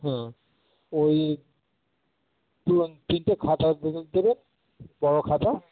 হুম ওই ধরুন তিনটে খাতা দেবেন বড় খাতা